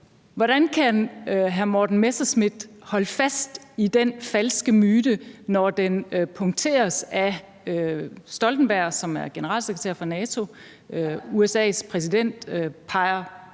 hvordan kan hr. Morten Messerschmidt holde fast i den falske myte, når den punkteres af Stoltenberg, som er generalsekretær for NATO. USA's præsident peger